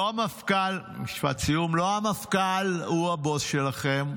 לא המפכ"ל הוא הבוס שלכם,